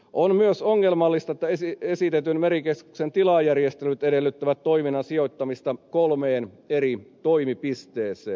on myös ongelmallista että esitetyn merikeskuksen tilajärjestelyt edellyttävät toiminnan sijoittamista kolmeen eri toimipisteeseen